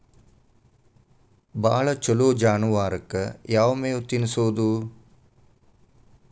ಭಾಳ ಛಲೋ ಜಾನುವಾರಕ್ ಯಾವ್ ಮೇವ್ ತಿನ್ನಸೋದು?